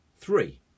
Three